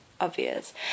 obvious